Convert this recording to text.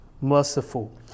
merciful